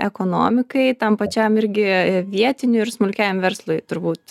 ekonomikai tam pačiam irgi vietinių ir smulkiajam verslui turbūt